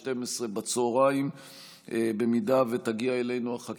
עטייה ושפע, ובסך הכול יש לנו 13